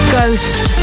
Ghost